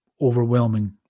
overwhelming